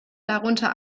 darunter